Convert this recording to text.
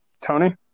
Tony